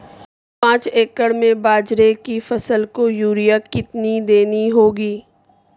पांच एकड़ में बाजरे की फसल को यूरिया कितनी देनी होगी?